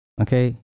Okay